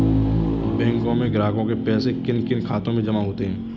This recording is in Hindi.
बैंकों में ग्राहकों के पैसे किन किन खातों में जमा होते हैं?